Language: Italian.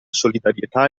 solidarietà